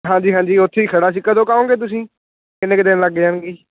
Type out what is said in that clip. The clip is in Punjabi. ਹਾਂਜੀ ਹਾਂਜੀ ਉੱਥੇ ਹੀ ਖੜ੍ਹਾ ਸੀ ਕਦੋਂ ਕੁ ਆਓਗੇ ਤੁਸੀਂ ਕਿੰਨੇ ਕੁ ਦਿਨ ਲੱਗ ਜਾਣਗੇ ਜੀ